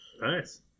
Nice